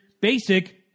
basic